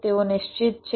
તેઓ નિશ્ચિત છે